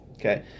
Okay